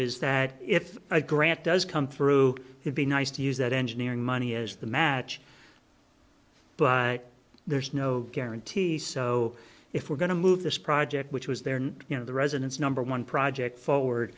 is that if a grant does come through would be nice to use that engineering money as the match but there's no guarantee so if we're going to move this project which was there and you know the residents number one project forward